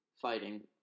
fighting